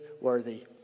worthy